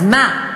אז מה?